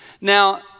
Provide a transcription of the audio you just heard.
Now